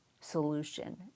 solution